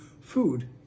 food